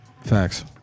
Facts